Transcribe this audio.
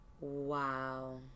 Wow